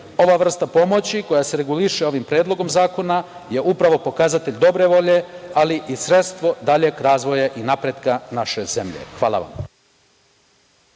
Ova vrsta pomoći koja se reguliše ovim Predlogom zakona je upravo pokazatelj dobre volje, ali i sredstvo daljeg razvoja i napretka naše zemlje. Hvala vam.